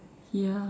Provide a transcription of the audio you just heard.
ya